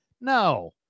No